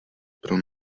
pro